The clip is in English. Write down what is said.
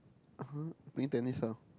!huh! play tennis ah